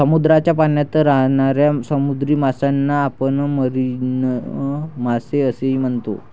समुद्राच्या पाण्यात राहणाऱ्या समुद्री माशांना आपण मरीन मासे असेही म्हणतो